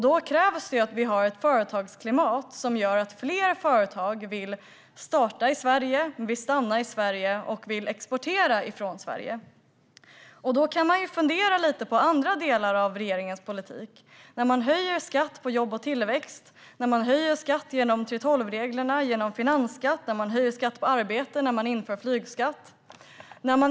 Då krävs det att vi har ett företagsklimat som leder till att fler vill starta företag i Sverige, till att fler företag vill stanna i Sverige och exportera från Sverige. Då kan vi fundera lite på andra delar av regeringens politik. Regeringen höjer skatt på jobb och tillväxt, höjer skatt genom 3:12-reglerna och finansskatten, höjer skatt på arbete och inför flygskatt.